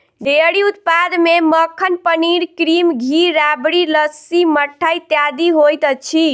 dairy उत्पाद मे मक्खन, पनीर, क्रीम, घी, राबड़ी, लस्सी, मट्ठा इत्यादि होइत अछि